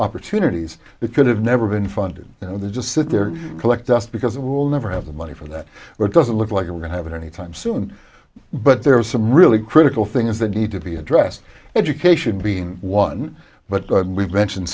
opportunities that could have never been funded they just sit there and collect dust because it will never have the money for that but doesn't look like we're going to have it any time soon but there are some really critical thing is the need to be addressed education being one but we've mentioned